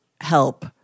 help